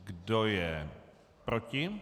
Kdo je proti?